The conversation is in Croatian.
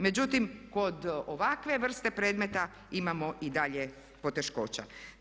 Međutim, kod ovakve vrste predmeta imamo i dalje poteškoća.